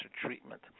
treatment